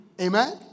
Amen